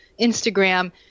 Instagram